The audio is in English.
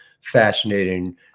fascinating